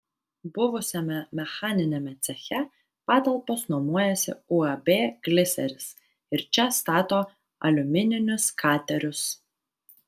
buvusiame mechaniniame ceche patalpas nuomojasi uab gliseris ir čia stato aliumininius katerius